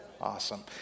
Awesome